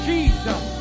Jesus